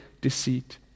deceit